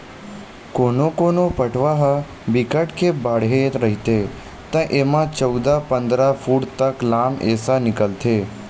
कोनो कोनो पटवा ह बिकट के बाड़हे रहिथे त एमा चउदा, पंदरा फूट तक लाम रेसा निकलथे